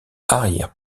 arrière